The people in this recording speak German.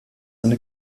eine